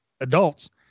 adults